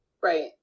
Right